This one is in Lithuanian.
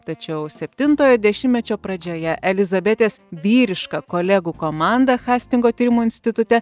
tačiau septintojo dešimtmečio pradžioje elizabetės vyriška kolegų komanda hastingo tyrimų institute